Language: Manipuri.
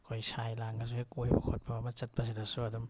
ꯑꯩꯈꯣꯏ ꯁꯥꯏꯂꯥꯡꯒꯁꯨ ꯍꯦꯛ ꯀꯣꯏꯕ ꯈꯣꯠꯄ ꯑꯃ ꯆꯠꯄꯁꯤꯗꯁꯨ ꯑꯗꯨꯝ